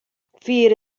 fear